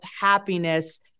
happiness